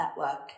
network